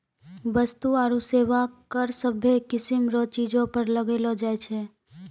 वस्तु आरू सेवा कर सभ्भे किसीम रो चीजो पर लगैलो जाय छै